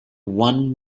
one